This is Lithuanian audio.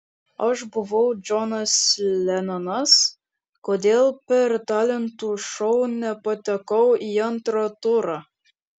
aš buvau džonas lenonas kodėl per talentų šou nepatekau į antrą turą